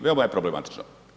Veoma je problematično.